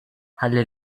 ħalli